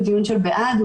הוא דיון של בעד,